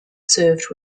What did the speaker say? served